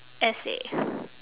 essay